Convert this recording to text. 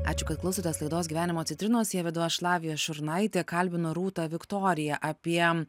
ačiū kad klausotės laidos gyvenimo citrinos ją vedu aš lavija šurnaitė kalbinu rūtą viktoriją apie m